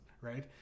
right